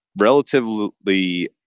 relatively